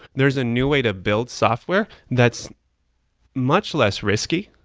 there is a new way to build software that's much less risky,